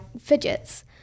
fidgets